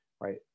Right